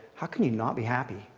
how can you not be happy?